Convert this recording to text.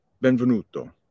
benvenuto